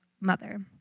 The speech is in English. mother